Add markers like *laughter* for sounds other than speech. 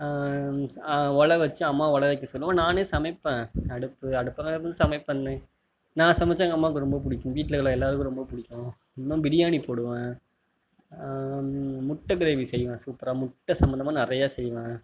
ஒலை வச்சு அம்மாவை ஒலை வைக்க சொல்வேன் நானே சமைப்பேன் அடுப்பு அடுப்புலாம் இருந்து சமைப்பேன் நான் சமைத்தா எங்கள் அம்மாவுக்கு ரொம்ப பிடிக்கும் வீட்டில் இருக்க எல்லோருக்கும் ரொம்ப பிடிக்கும் *unintelligible* பிரியாணி போடுவேன் முட்டை கிரேவி செய்வேன் சூப்பராக முட்டை சம்மந்தமாக நிறையா செய்வேன்